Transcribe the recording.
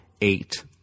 eight